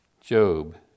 Job